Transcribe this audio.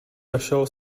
našel